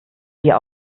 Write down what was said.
dir